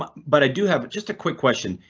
but i do have just a quick question.